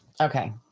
Okay